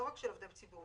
לא רק של עובדי ציבור.